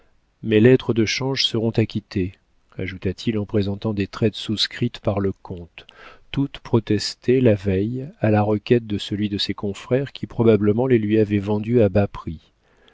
mes lettres de change seront acquittées ajouta-t-il en présentant des traites souscrites par le comte toutes protestées la veille à la requête de celui de ses confrères qui probablement les lui avait vendues à bas prix